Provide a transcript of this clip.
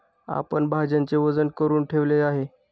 आपण भाज्यांचे वजन करुन ठेवले आहे